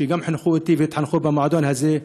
שגם חינכו אותי והתחנכו במועדון הזה,